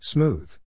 Smooth